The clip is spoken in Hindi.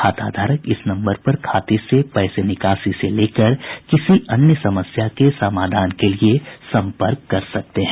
खाताधारक इस नम्बर पर खाते से पैसे निकासी से लेकर किसी अन्य समस्या के समाधान के लिए सम्पर्क कर सकते हैं